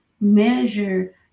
measure